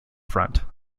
front